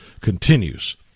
continues